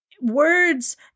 Words